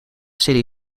city